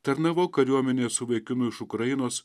tarnavau kariuomenėje su vaikinu iš ukrainos